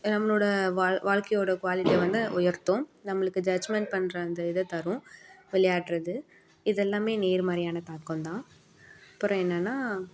நம்மளோடய வாழ் வாழ்க்கையோடய குவாலிட்டியை வந்து உயர்த்தும் நம்மளுக்கு ஜட்ஜ்மெண்ட் பண்ணுற அந்த இதை தரும் விளையாடுறது இதெல்லாம் நேர்மறையான தாக்கம் தான் அப்புறம் என்னென்னா